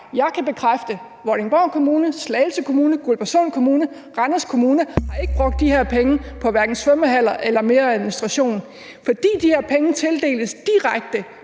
Jeg kan bekræfte, at Vordingborg Kommune, Slagelse Kommune, Guldborgsund Kommune og Randers Kommune ikke har brugt de her penge på hverken svømmehaller eller mere administration. Fordi de her penge tildeles direkte